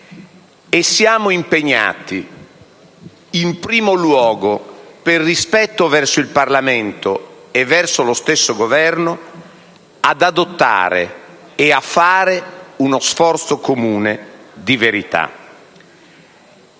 e siamo impegnati in primo luogo, per rispetto verso il Parlamento e verso lo stesso Governo, ad adottare e a fare uno sforzo comune di verità.